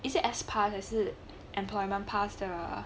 是 s pass 还是 employment pass 的